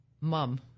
Mom